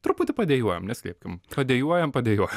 truputį padėjuojam neslėpkim padėjuojam padėjuojam